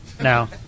Now